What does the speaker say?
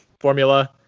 Formula